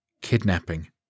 kidnapping